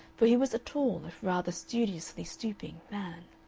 for he was a tall, if rather studiously stooping, man.